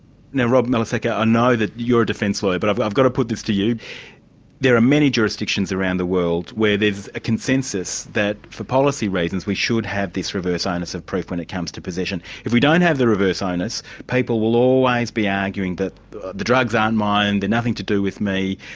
now rob melasecca, i know that you're a defence lawyer, but i've i've got to put this to you there are many jurisdictions around the world where there's a consensus that for policy reasons we should have this reverse onus of proof when it comes to possession. if we don't have the reverse onus people will always be arguing that the the drugs aren't mine, they're nothing to do with me',